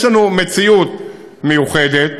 יש לנו מציאות מיוחדת,